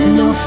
no